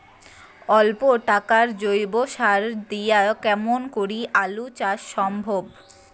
অল্প টাকার জৈব সার দিয়া কেমন করি আলু চাষ সম্ভব?